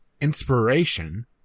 inspiration